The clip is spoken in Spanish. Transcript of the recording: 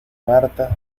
marta